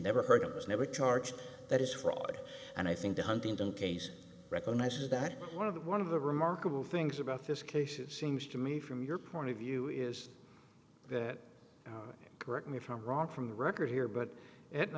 never heard of was never charged that is fraud and i think the huntington case recognizes that one of the one of the remarkable things about this case it seems to me from your point of view is that correct me if i'm wrong from the record here but i